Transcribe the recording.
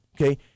okay